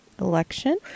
election